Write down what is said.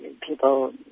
people